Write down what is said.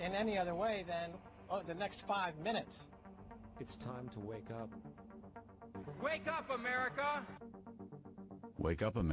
in any other way than the next five minutes it's time to wake up wake up america wake up